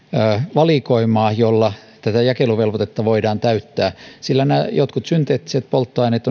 valikoimaa jolla tätä jakeluvelvoitetta voidaan täyttää sillä nämä jotkut synteettiset polttoaineet